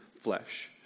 flesh